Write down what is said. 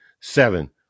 seven